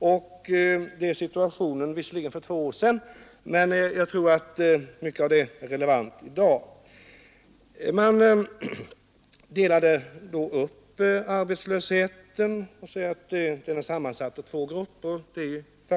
Utredningen beskriver situationen för två år sedan, men jag tror att mycket av materialet är relevant även i dag. Man delar i utredningen upp de arbetslösa i två grupper.